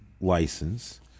license